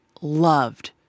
loved